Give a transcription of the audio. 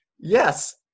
Yes